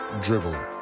dribble